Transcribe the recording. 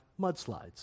mudslides